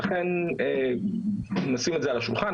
לכן נשים את זה על השולחן.